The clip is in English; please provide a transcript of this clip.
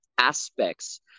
aspects